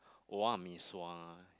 mee-sua ah